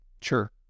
Sure